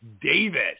David